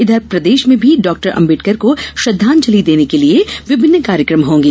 इधर प्रदेश में भी डाक्टर अंबेडकर को श्रद्वांजलि देने के लिए विभिन्न कार्यक्रम होंगे